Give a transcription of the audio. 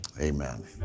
Amen